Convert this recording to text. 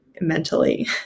mentally